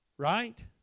Right